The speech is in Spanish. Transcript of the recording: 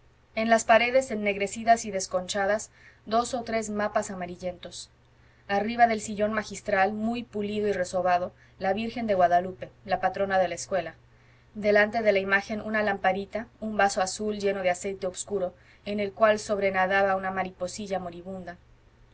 en las paredes ennegrecidas y desconchadas dos o tres mapas amarillentos arriba del sillón magistral muy pulido y resobado la virgen de guadalupe la patrona de la escuela delante de la imagen una lamparita un vaso azul lleno de aceite obscuro en el cual sobrenadaba una mariposilla moribunda